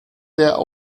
der